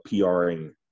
PRing